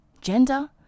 gender